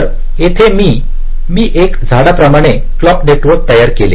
तर येते मी मी एक झाडाप्रमाणे क्लॉक नेटवर्क तयार केले